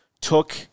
took